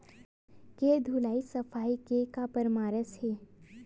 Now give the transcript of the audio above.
के धुलाई सफाई के का परामर्श हे?